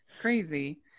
crazy